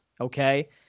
okay